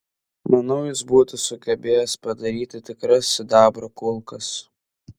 manau jis būtų sugebėjęs padaryti tikras sidabro kulkas